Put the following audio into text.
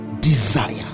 desire